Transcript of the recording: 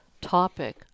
topic